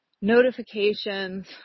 notifications